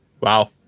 Wow